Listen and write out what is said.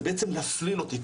זה בעצם להפליל אותי.